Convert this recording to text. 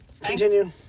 Continue